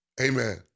amen